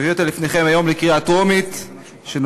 אני מביא אותה לפניכם היום לקריאה טרומית כפי